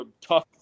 tough